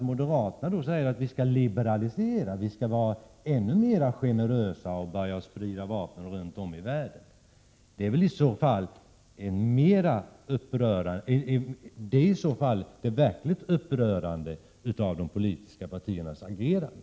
Moderaterna säger att Sverige skall liberalisera, vara ännu mer generöst och börja sprida vapen runt om i världen, och det är väl det verkligt upprörande i de politiska partiernas agerande.